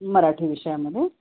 मराठी विषयामध्ये